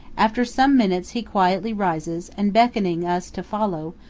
after some minutes he quietly rises and, beckoning us to follow,